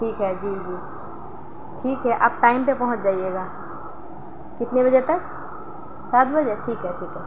ٹھیک ہے جی جی ٹھیک ہے آپ ٹائم پے پہنچ جائیے گا کتنے بجے تک سات بجے ٹھیک ہے ٹھیک ہے